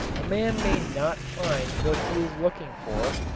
a man may not find what he is looking for,